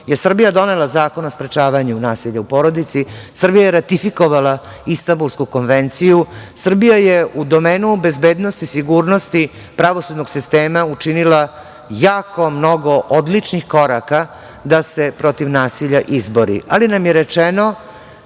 je Srbija donela Zakon o sprečavanju nasilja u porodici, Srbija je ratifikovala Instanbulsku konvenciju, Srbija je u domenu bezbednosti, sigurnosti pravosudnog sistema učinila jako mnogo odličnih koraka da se protiv nasilja izbori, ali nam je rečeno